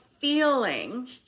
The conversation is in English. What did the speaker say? feeling